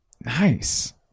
Nice